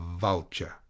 vulture